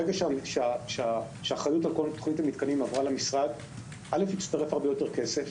ברגע שהאחריות על כל תוכנית המתקנים עברה למשרד הצטרף הרבה יותר כסף.